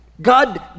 God